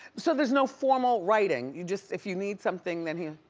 so there's no formal writing. you just, if you need something then he'll,